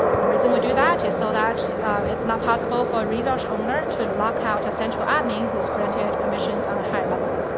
the reason we do that is so that it's not possible for a resource owner to lock out a central admin who is granted permissions on a high level.